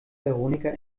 veronika